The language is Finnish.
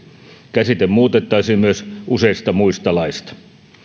käsite muutettaisiin myös useista muista laeista